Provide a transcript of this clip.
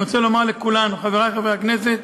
אני רוצה לומר לכולנו, חברי חברי הכנסת,